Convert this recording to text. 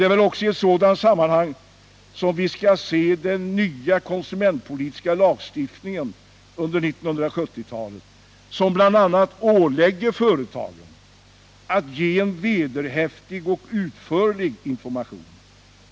Det är också i ett sådant sammanhang som vi skall se den nya konsumentpolitiska lagstiftningen under 1970-talet, som bl.a. ålägger företagen att ge en vederhäftig och utförlig information.